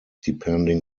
depending